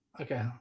okay